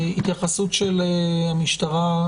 התייחסות קצרה של רב פקד ספן מהמשטרה,